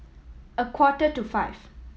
a quarter to five